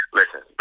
listen